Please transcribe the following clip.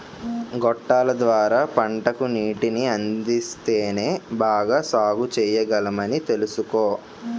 గొట్టాల ద్వార పంటకు నీటిని అందిస్తేనే బాగా సాగుచెయ్యగలమని తెలుసుకో